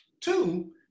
Two